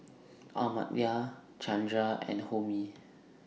Amartya Chandra and Homi